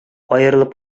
аерылып